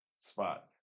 spot